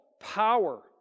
Power